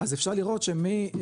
אז אפשר לראות -- לא,